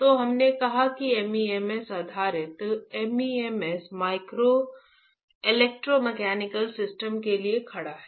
तो हमने कहा कि MEMS आधारित MEMS माइक्रो इलेक्ट्रोमैकेनिकल सिस्टम के लिए खड़ा है